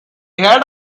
had